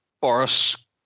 Boris